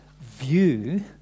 view